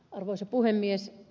arvoisa puhemies